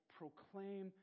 proclaim